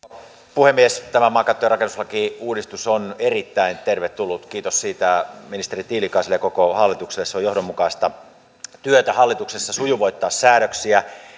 puhemies tämä maankäyttö ja rakennuslakiuudistus on erittäin tervetullut kiitos siitä ministeri tiilikaiselle ja koko hallitukselle on johdonmukaista työtä hallituksessa sujuvoittaa säädöksiä